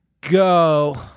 go